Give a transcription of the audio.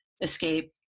escape